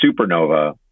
supernova